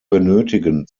benötigen